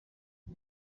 the